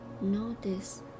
notice